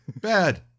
Bad